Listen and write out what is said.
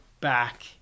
back